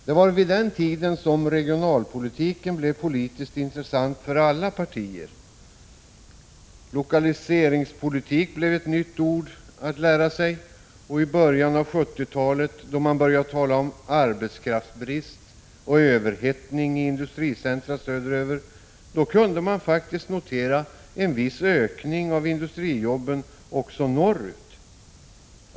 Det var vid den tiden som regionalpolitiken blev politiskt intressant för alla partier. ”Lokaliseringspolitik” blev ett nytt ord att lära sig, och i början av 1970-talet, då man började tala om ”arbetskraftsbrist” och ”överhettning” i industricentra söderöver, kunde man faktiskt notera en viss ökning av industrijobben också norrut.